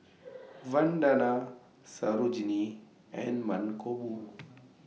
Vandana Sarojini and Mankombu